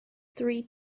three